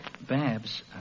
Babs